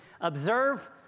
observe